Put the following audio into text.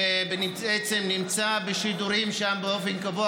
ובעצם נמצא בשידורים שם באופן קבוע,